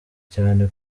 cyane